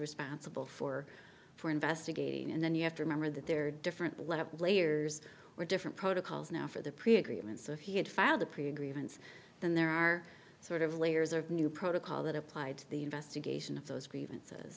responsible for for investigating and then you have to remember that there are different lot of layers were different protocols now for the pre agreement so he had filed a pretty grievance and there are sort of layers of new protocol that applied the investigation of those grievances